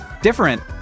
different